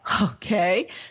okay